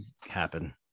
happen